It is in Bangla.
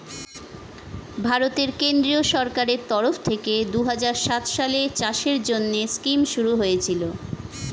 ভারতের কেন্দ্রীয় সরকারের তরফ থেকে দুহাজার সাত সালে চাষের জন্যে স্কিম শুরু হয়েছিল